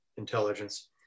Intelligence